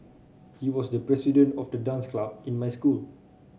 he was the president of the dance club in my school